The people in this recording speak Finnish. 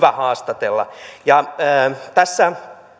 haastatella tässä